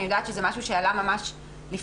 אני יודעת שזה משהו שעלה ממש לפני,